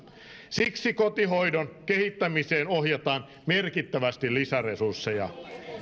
siksi kotihoidon kehittämiseen ohjataan merkittävästi lisäresursseja